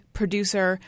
producer